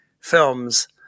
films